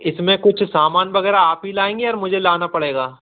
इसमें कुछ सामान वग़ैरह आप ही लाएँगे या मुझे लाना पड़ेगा